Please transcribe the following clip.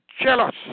jealous